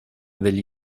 degli